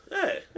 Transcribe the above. Hey